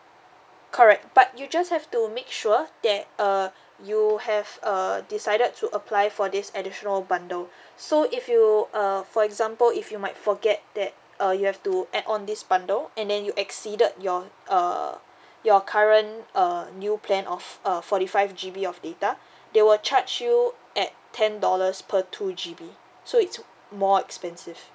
correct but you just have to make sure that uh you have err decided to apply for this additional bundle so if you err for example if you might forget that uh you have to add on this bundle and then you exceeded your uh your current uh new plan of uh forty five G_B of data they will charge you at ten dollars per two G_B so it's more expensive